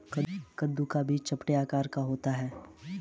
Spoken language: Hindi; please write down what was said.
कद्दू का बीज चपटे आकार का होता है